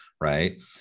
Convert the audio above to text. Right